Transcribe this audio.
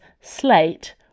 Slate